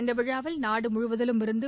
இந்த விழாவில் நாடு முழுவதிலிமிருந்தும்